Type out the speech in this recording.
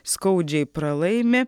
skaudžiai pralaimi